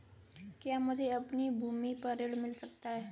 क्या मुझे अपनी भूमि पर ऋण मिल सकता है?